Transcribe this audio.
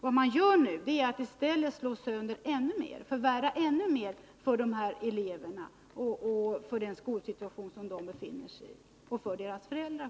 Vad man gör nu är att i stället slå sönder ännu mer, förvärra ännu mer för dessa elever, för deras skolsituation och för deras föräldrar.